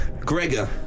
Gregor